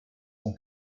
son